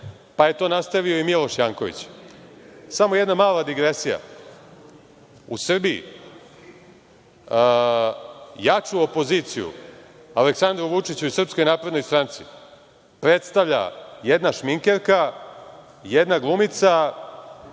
pa je to nastavio i Miloš Janković. Samo jedna mala digresija, u Srbiji jaču opoziciju Aleksandru Vučiću i Srpskoj naprednoj stranci predstavlja jedna šminkerka, jedna glumica